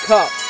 Cup